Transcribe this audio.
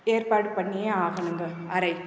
ஏற்பாடு பண்ணியே ஆகணுங்க அறை